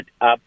up